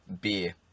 beer